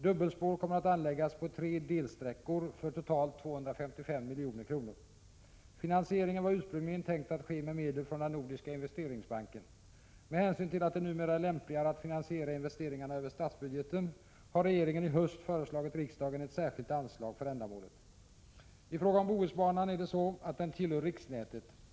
Dubbelspår kommer att anläggas på tre delsträckor för totalt 255 milj.kr. Finansieringen var ursprungligen tänkt att ske med medel från den nordiska investeringsbanken. Med hänsyn till att det numera är lämpligare att finansiera investeringar över statsbudgeten har regeringen i höst föreslagit riksdagen ett särskilt anslag för ändamålet. I fråga om Bohusbanan är det så att den tillhör riksnätet.